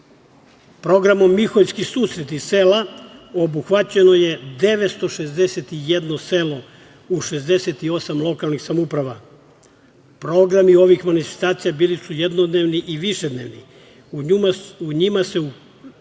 problem. Programom „Miholjski susreti sela“ obuhvaćeno je 961 selo u 68 lokalnih samouprava. Programi ovih manifestacija bili su jednodnevni i višednevni. U njima su uključeni